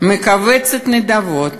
מקבצת נדבות